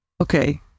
Okay